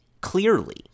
clearly